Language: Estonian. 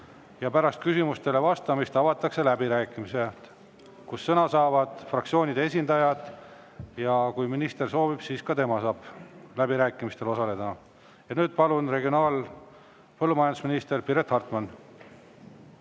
Pärast küsimustele vastamist avatakse läbirääkimised, kus sõna saavad fraktsioonide esindajad, ja kui minister soovib, siis ka tema saab läbirääkimistel osaleda. Palun, regionaal‑ ja põllumajandusminister Piret Hartman!